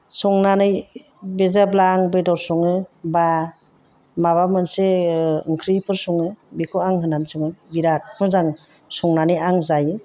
संनानै बे जेब्ला आं बेदर सङो बा माबा मोनसे ओंख्रिफोर सङो बेखौ आं होनानै सङो बिराद मोजां संनानै आं जायो